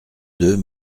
deux